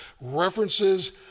references